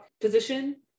position